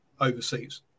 overseas